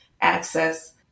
Access